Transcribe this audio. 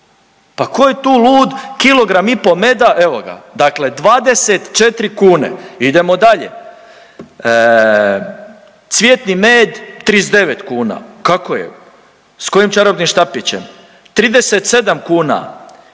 pa tko je tu lud, kilogram i po meda evo ga dakle 24 kune. Idemo dalje, cvjetni med 39 kuna kako je, s kojim čarobnim štapićem, 37 kuna.